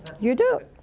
you do